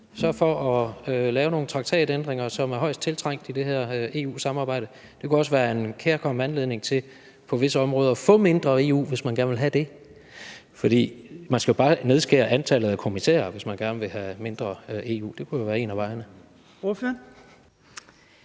for at lave nogle traktatændringer, som er højst tiltrængte i det her EU-samarbejde. Det kunne også være en kærkommen anledning til på visse områder at få mindre EU, hvis man gerne vil have det. Man skal jo bare nedskære antallet af kommissærer, hvis man gerne vil have mindre EU. Det kunne jo være en af vejene.